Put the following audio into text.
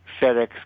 FedEx